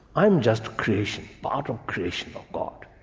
i'm just creation, part of creation of god,